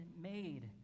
made